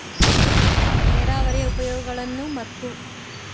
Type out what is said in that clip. ನೇರಾವರಿಯ ಉಪಯೋಗಗಳನ್ನು ಮತ್ತು?